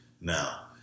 now